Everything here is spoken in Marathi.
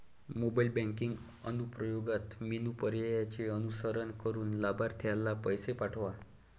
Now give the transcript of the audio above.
मोबाईल बँकिंग अनुप्रयोगात मेनू पर्यायांचे अनुसरण करून लाभार्थीला पैसे पाठवा